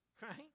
right